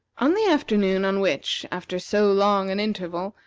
on the afternoon on which, after so long an interval,